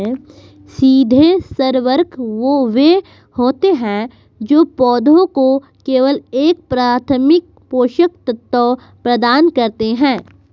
सीधे उर्वरक वे होते हैं जो पौधों को केवल एक प्राथमिक पोषक तत्व प्रदान करते हैं